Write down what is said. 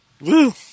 Woo